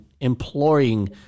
employing